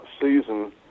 season